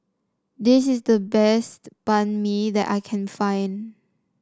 this is the best Banh Mi that I can find